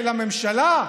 לממשלה?